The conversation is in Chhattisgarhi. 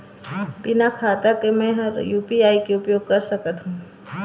बिना खाता के म हर यू.पी.आई के उपयोग कर सकत हो?